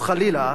או, חלילה,